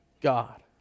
God